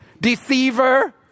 deceiver